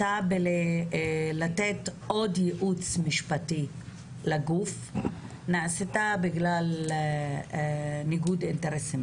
שהחלטה לתת עוד ייעוץ משפטי לגוף נעשתה בגלל ניגוד אינטרסים,